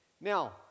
Now